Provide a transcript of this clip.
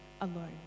alone